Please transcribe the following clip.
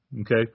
okay